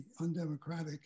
undemocratic